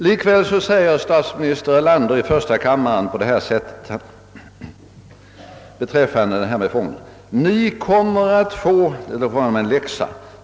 Likväl säger statsminister Erlander i första kammaren på tal om fonden att oppositionen för några år sedan fick en läxa.